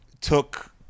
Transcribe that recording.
took